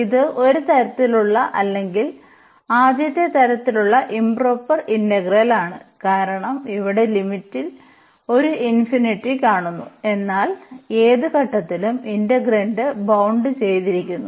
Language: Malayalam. ഇത് ഒരു തരത്തിലുള്ള അല്ലെങ്കിൽ ആദ്യത്തെ തരത്തിലുള്ള ഇംപ്റോപർ ഇന്റഗ്രലാണ് കാരണം ഇവിടെ ലിമിറ്റിൽ ഒരു ഇൻഫിനിറ്റി കാണുന്നു എന്നാൽ ഏത് ഘട്ടത്തിലും ഇന്റഗ്രാൻറ് ബൌണ്ട് ചെയ്തിരിക്കുന്നു